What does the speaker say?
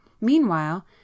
meanwhile